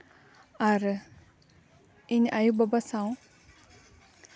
ᱟᱨ ᱤᱧ ᱟᱭᱳᱼᱵᱟᱵᱟ ᱥᱟᱶ